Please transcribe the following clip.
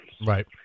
Right